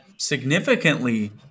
significantly